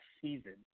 season